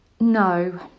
No